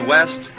West